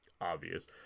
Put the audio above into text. obvious